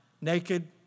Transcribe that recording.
Naked